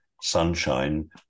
sunshine